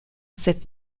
cette